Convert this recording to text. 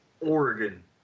Oregon